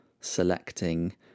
selecting